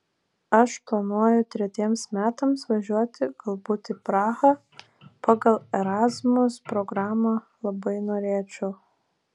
aš planuoju tretiems metams važiuoti galbūt į prahą pagal erasmus programą labai norėčiau